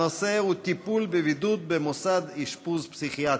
הנושא הוא: טיפול בבידוד במוסד אשפוז פסיכיאטרי.